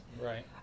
Right